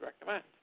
recommend